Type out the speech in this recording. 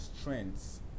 strengths